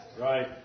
Right